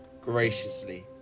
graciously